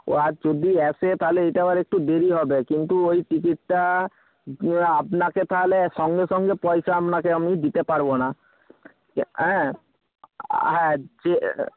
ও আর যদি আসে তাহলে এটাও আর একটু দেরি হবে কিন্তু ওই টিকিটটা আপনাকে তাহলে সঙ্গে সঙ্গে পয়সা আপনাকে আমি দিতে পারব না অ্যাঁ